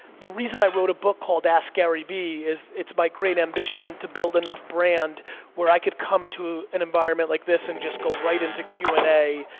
the reason i wrote a book called askgaryvee is it's my great ambition to build enough brand where i could come to an environment like this and just go right into q and a,